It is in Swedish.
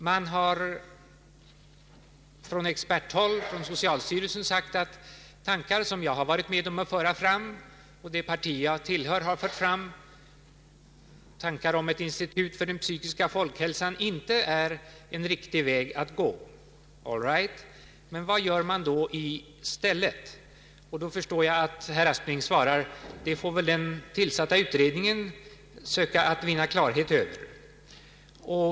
Man har från experthåll i socialstyrelsen sagt att tankar som jag har varit med om att föra fram och som det parti jag tillhör fört fram, tankar om ett institut för den psykiska folkhälsan, inte betyder en riktig väg att gå. All right, men vad gör man då i stället? Jag förstår att herr Aspling svarar: Om förbättrad psykisk hälsovård Det får den tillsatta utredningen söka vinna klarhet över.